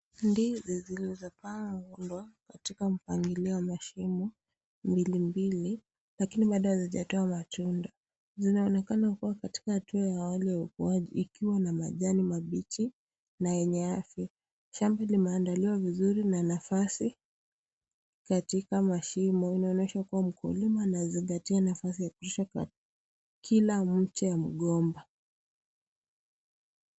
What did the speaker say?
Ndizi zilizobambwa katika mpangilio wa mashimo mbili mbili lakini Bado hazijatoa matunda. Zinaonekana kuwa katika hatua ya wale ikiwa na majani mabichi na yenye afya . Shamba limeandaliwa vizuri na nafasi katika mashimo inaonyesha kuwa mkulima anazingatia nafasi ya kuhakikisha kila mche wa mgomba.